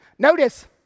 Notice